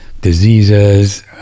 diseases